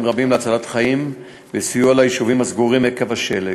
רבים להצלת חיים וסיוע ליישובים הסגורים עקב השלג.